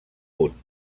punt